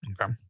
Okay